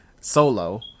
solo